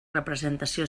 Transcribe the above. representació